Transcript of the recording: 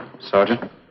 Sergeant